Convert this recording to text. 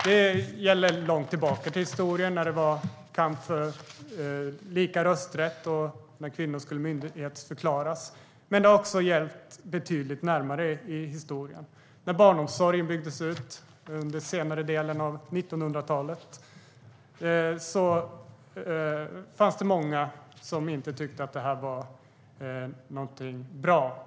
Det gäller långt tillbaka i historien när det fördes en kamp för lika rösträtt och när kvinnor skulle myndigförklaras. Det har också gällt betydligt närmare i historien; när barnomsorgen byggdes ut under senare delen av 1900-talet fanns det många som inte tyckte att det var någonting bra.